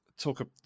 talk